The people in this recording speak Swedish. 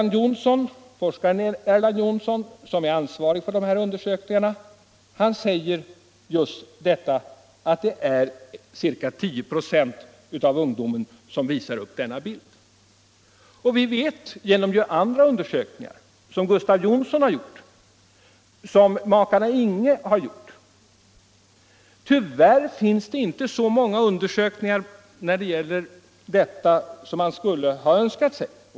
Forskaren Erland Jonsson, som är ansvarig för de undersökningarna, säger att det är ca 10 26 av ungdomarna som visar upp denna bild. Vi vet detta också genom andra undersökningar, som Gustav Jonsson gjort och som makarna Inghe gjort. Tyvärr finns det inte så många undersökningar om detta som man skulle ha önskat sig.